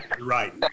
right